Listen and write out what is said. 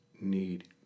need